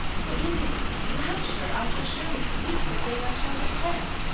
for in this rapture i shall surely speak the thing i shall repent.